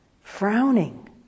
frowning